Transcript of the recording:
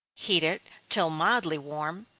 heat it till mildly warm,